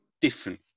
different